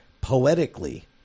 poetically